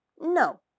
No